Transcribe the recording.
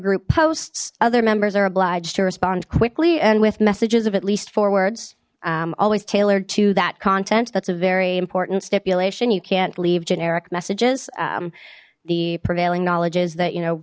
group posts other members are obliged to respond quickly and with messages of at least four words always tailored to that content that's a very important stipulation you can't leave generic messages the prevailing knowledge is that you know